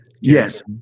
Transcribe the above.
yes